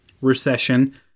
Recession